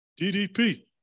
ddp